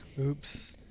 Oops